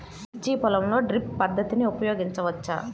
మిర్చి పొలంలో డ్రిప్ పద్ధతిని ఉపయోగించవచ్చా?